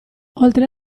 oltre